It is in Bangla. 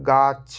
গাছ